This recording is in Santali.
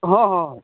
ᱦᱚᱸ ᱦᱚᱸ